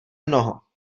mnoho